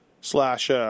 slash